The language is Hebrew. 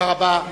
תודה רבה.